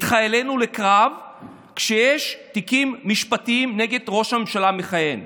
חיילינו לקרב כשיש תיקים משפטיים נגד ראש הממשלה המכהן.